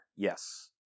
Yes